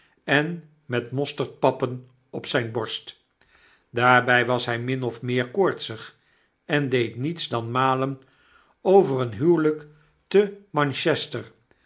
en met mosterdpappen op zyne borst daarby was hy min of meer koortsig en deed niets dan malen over een huwelnk te